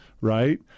right